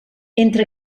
entre